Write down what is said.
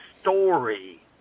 story